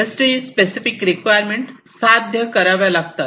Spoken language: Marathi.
इंडस्ट्री स्पेसिफिक रिक्वायरमेंट साध्य करावे लागतात